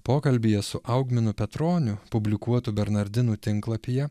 pokalbyje su augminu petroniu publikuotu bernardinų tinklapyje